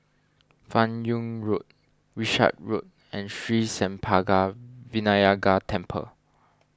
Fan Yoong Road Wishart Road and Sri Senpaga Vinayagar Temple